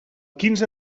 quinze